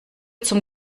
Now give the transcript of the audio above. zum